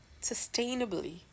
sustainably